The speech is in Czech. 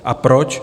A proč?